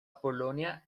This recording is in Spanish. polonia